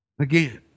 Again